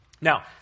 Now